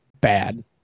bad